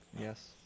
Yes